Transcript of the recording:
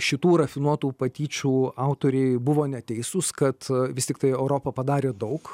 šitų rafinuotų patyčių autoriai buvo neteisūs kad vis tiktai europa padarė daug